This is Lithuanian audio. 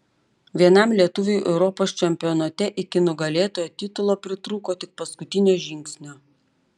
vienam lietuviui europos čempionate iki nugalėtojo titulo pritrūko tik paskutinio žingsnio